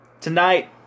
Tonight